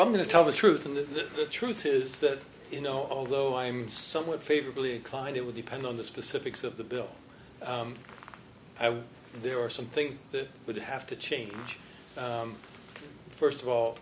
i'm going to tell the truth and the truth is that you know although i'm somewhat favorably inclined it would depend on the specifics of the bill i would there are some things that would have to change first of all